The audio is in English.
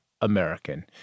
American